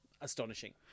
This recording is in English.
astonishing